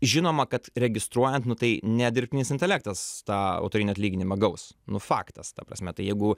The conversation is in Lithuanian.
žinoma kad registruojant nu tai ne dirbtinis intelektas tą autorinį atlyginimą gaus nu faktas ta prasme tai jeigu